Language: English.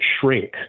shrink